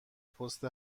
پست